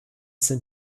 sind